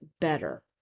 better